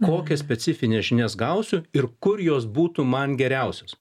kokias specifines žinias gausiu ir kur jos būtų man geriausios